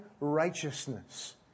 righteousness